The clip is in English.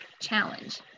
challenge